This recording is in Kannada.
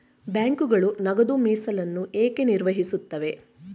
ಬ್ಯಾಂಕುಗಳು ನಗದು ಮೀಸಲನ್ನು ಏಕೆ ನಿರ್ವಹಿಸುತ್ತವೆ?